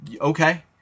okay